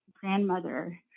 grandmother